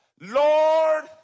Lord